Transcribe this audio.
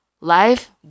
Life